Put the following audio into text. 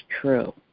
true